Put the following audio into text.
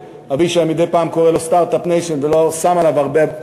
שאבישי מדי פעם קורא לו Start-up Nation ולא שם עליו הרבה.